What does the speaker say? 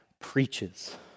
preaches